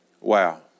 Wow